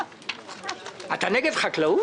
אתה נגד חקלאות?